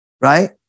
right